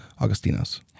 Augustino's